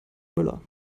müller